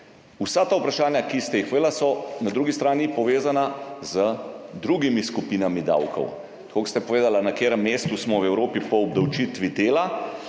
Vsa ta vprašanja, ki ste jih povedali, so na drugi strani povezana z drugimi skupinami davkov. Povedali ste, na katerem mestu smo v Evropi po obdavčitvi dela,